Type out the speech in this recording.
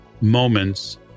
moments